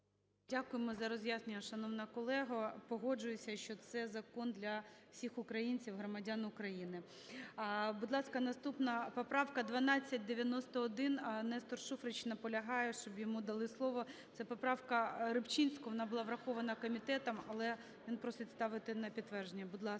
Дякуємо за роз'яснення, шановна колего. Погоджуюся, що цей закон для всіх українців, громадян України. Будь ласка, наступна поправка 1291. Нестор Шуфрич наполягає, щоб йому дали слово. Це поправка Рибчинського, вона була врахована комітетом, але він просить поставити на підтвердження. Будь ласка.